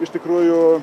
iš tikrųjų